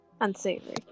unsavory